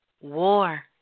War